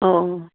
অঁ